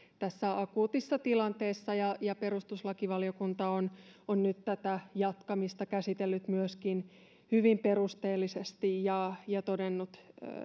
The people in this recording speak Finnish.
tässä akuutissa tilanteessa ja ja perustuslakivaliokunta on on nyt myöskin tätä jatkamista käsitellyt hyvin perusteellisesti ja ja todennut